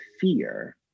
fear